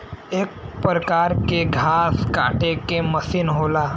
एक परकार के घास काटे के मसीन होला